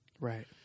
Right